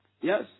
Yes